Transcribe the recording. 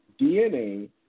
DNA